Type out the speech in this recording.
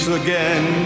again